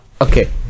Okay